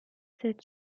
cette